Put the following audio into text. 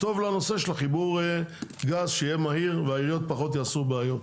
טוב לנושא של החיבור גז שיהיה מהיר והעיריות פחות יעשו בעיות.